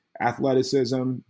athleticism